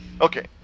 Okay